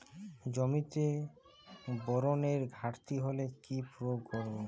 জমিতে বোরনের ঘাটতি হলে কি প্রয়োগ করব?